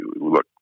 look